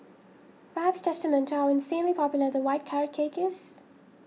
perhaps testament to how insanely popular the white carrot cake is